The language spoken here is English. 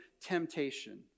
temptation